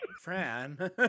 Fran